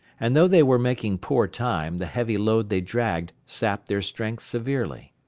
and though they were making poor time, the heavy load they dragged sapped their strength severely.